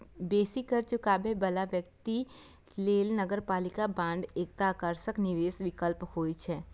बेसी कर चुकाबै बला व्यक्ति लेल नगरपालिका बांड एकटा आकर्षक निवेश विकल्प होइ छै